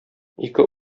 ике